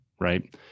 right